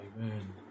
Amen